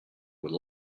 will